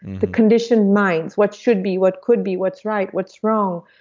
the conditioned minds. what should be, what could be what's right, what's wrong,